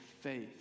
faith